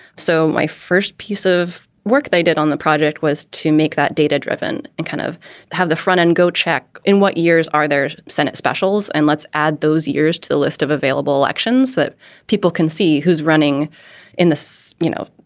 so my first piece of work they did on the project was to make that data driven and kind of have the front end go check in. what year are their senate specials and let's add those years to the list of available elections that people can see who's running in this, you know,